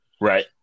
Right